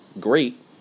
great